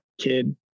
kid